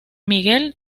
miguel